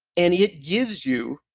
and it gives you,